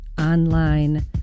online